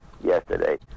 yesterday